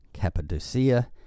Cappadocia